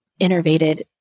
innervated